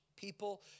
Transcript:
People